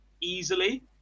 easily